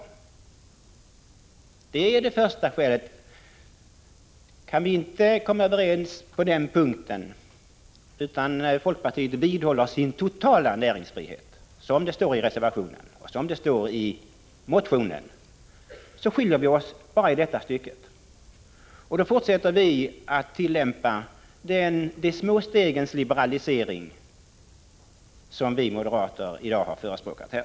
Det är det första skälet. Kan vi inte komma överens på den punkten, utan folkpartiet vidhåller sitt krav på total näringsfrihet, som det står i reservationen och som det står i motionen, skiljer vi oss alltså bara i det stycket. Då fortsätter vi att tillämpa de små stegens liberalisering, som vi moderater i dag har förespråkat här.